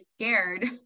scared